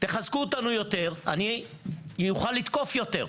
תחזקו אותנו יותר, אני אוכל לתקוף יותר.